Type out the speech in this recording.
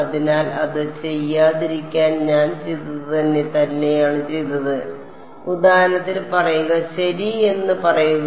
അതിനാൽ അത് ചെയ്യാതിരിക്കാൻ ഞാൻ ചെയ്തത് ഞാൻ തന്നെയാണ് ചെയ്തത് ഉദാഹരണത്തിന് പറയുക ശരി എന്ന് പറയുക